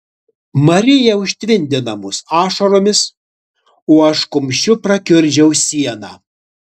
marija užtvindė namus ašaromis o aš kumščiu prakiurdžiau sieną